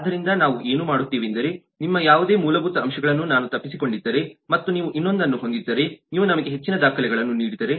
ಆದ್ದರಿಂದ ನಾವು ಏನು ಮಾಡುತ್ತೇವೆಂದರೆ ನಿಮ್ಮ ಯಾವುದೇ ಮೂಲಭೂತ ಅಂಶಗಳನ್ನು ನಾನು ತಪ್ಪಿಸಿಕೊಂಡಿದ್ದರೆ ಮತ್ತು ನೀವು ಇನ್ನೊಂದನ್ನು ಹೊಂದಿದ್ದರೆ ನೀವು ನಮಗೆ ಹೆಚ್ಚಿನ ದಾಖಲೆಗಳನ್ನು ನೀಡಿದರೆ